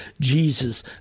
Jesus